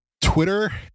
twitter